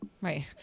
Right